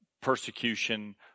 persecution